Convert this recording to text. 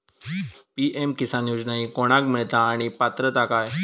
PM Kisan योजना ही कोणाक मिळता आणि पात्रता काय?